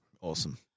Awesome